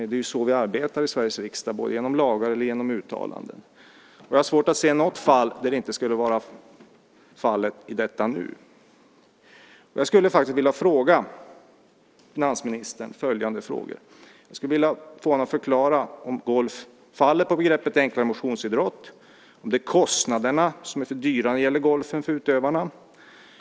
Det är så vi arbetar i Sveriges riksdag, både genom lagar och genom uttalanden. Jag har svårt att se att det inte skulle vara fallet i detta nu. Jag skulle vilja ställa följande frågor till finansministern. Jag skulle vilja att han förklarar om golf faller på begreppet "enklare motionsidrott" och om det är kostnaderna som är för höga för utövarna när det gäller golfen.